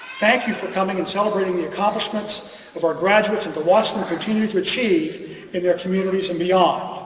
thank you for coming and celebrating the accomplishments of our graduates and to watch them continue to achieve in their communities and beyond.